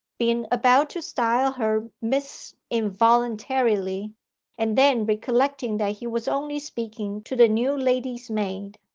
being about to style her miss involuntarily, and then recollecting that he was only speaking to the new lady's-maid.